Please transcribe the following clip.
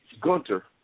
Gunter